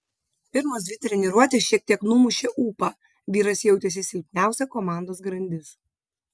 pirmos dvi treniruotės šiek tiek numušė ūpą vyras jautėsi silpniausia komandos grandis